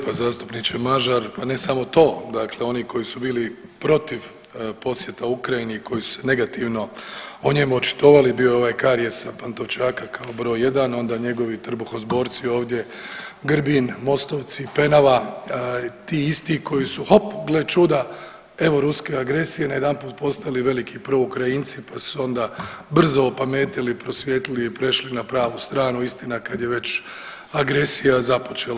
Hvala lijepa zastupniče Mažar, pa ne samo to, dakle oni koji su bili protiv posjeta Ukrajini i koji su se negativno o njemu očitovali bio je ovaj karijes sa Pantovčaka kao broj jedan, onda njegovi trbuhozborci ovdje Grbin, Mostovci, Penava, ti isti koji su hop gle čuda evo ruske agresije najedanput postali veliki prvo Ukrajinci, pa su se onda brzo opametili, prosvijetlili i prešli na pravu stranu, istina kad je već agresija započela.